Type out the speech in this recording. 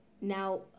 Now